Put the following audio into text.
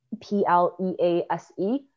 P-L-E-A-S-E